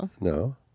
No